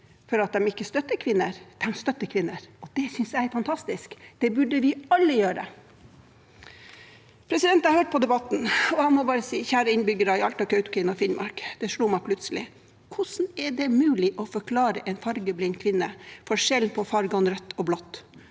for at de ikke støtter kvinner, støtter kvinner. Det synes jeg er fantastisk. Det burde vi alle gjøre. Jeg har hørt på debatten, og jeg må bare si: Kjære innbyggere i Alta, Kautokeino og Finnmark – det slo meg plutselig: Hvordan er det mulig å forklare en fargeblind kvinne forskjellen på fargene rødt og blått?